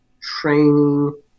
training